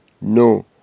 No